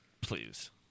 Please